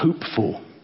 hopeful